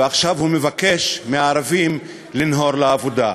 ועכשיו הוא מבקש מהערבים לנהור לעבודה.